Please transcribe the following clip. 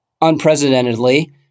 unprecedentedly